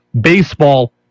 baseball